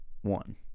one